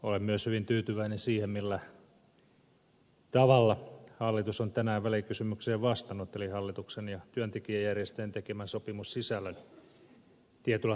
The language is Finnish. olen myös hyvin tyytyväinen siihen millä tavalla hallitus on tänään välikysymykseen vastannut eli hallituksen ja työntekijäjärjestöjen tekemän sopimussisällön tietyllä tavalla avaten